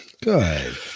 good